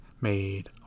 made